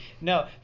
No